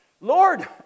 Lord